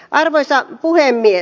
arvoisa puhemies